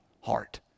heart